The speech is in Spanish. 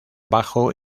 bajo